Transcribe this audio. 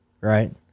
Right